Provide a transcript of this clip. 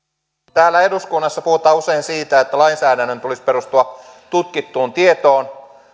täällä eduskunnassa puhutaan usein siitä että lainsäädännön tulisi perustua tutkittuun tietoon